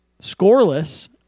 scoreless